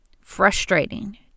frustrating